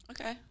Okay